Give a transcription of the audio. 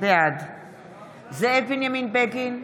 בעד זאב בנימין בגין,